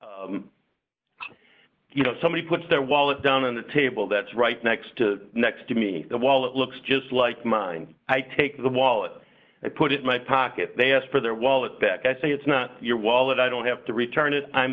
situation you know somebody puts their wallet down on the table that's right next to next to me the wallet looks just like mine i take the wallet i put it in my pocket they ask for their wallet back i say it's not your wallet i don't have to return it i'm